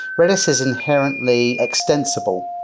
redis is inherently extensible,